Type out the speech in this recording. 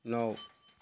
णव